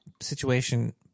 situation